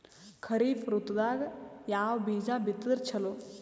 ಖರೀಫ್ ಋತದಾಗ ಯಾವ ಬೀಜ ಬಿತ್ತದರ ಚಲೋ?